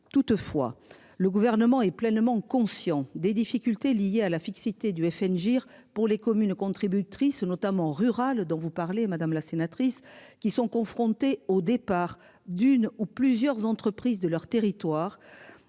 toutefois le gouvernement est pleinement conscient des difficultés liées à la fixité du FN pour les communes contributrices notamment rurales dont vous parlez, madame la sénatrice, qui sont confrontés au départ d'une ou plusieurs entreprises de leur territoire.